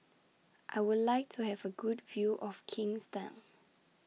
I Would like to Have A Good View of Kingstown